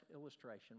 illustration